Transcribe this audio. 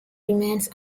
remains